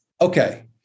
okay